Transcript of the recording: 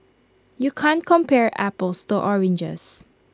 you can't compare apples to oranges